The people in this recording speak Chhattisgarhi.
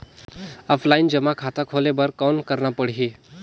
ऑफलाइन जमा खाता खोले बर कौन करना पड़ही?